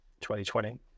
2020